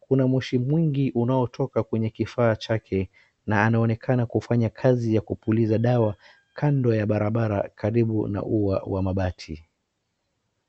kuna moshi mwingi unaotoka kwenye kifaa chake na anaonekana kufanya kazi ya kupuliza dawa kando ya barabara karibu na uwa wa mabati.